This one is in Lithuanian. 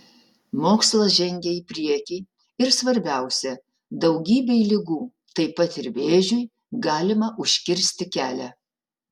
mokslas žengia į priekį ir svarbiausia daugybei ligų taip pat ir vėžiui galima užkirsti kelią